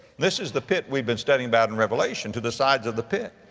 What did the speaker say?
this is the pit we've been studying about in revelation, to the sides of the pit.